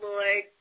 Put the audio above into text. Lord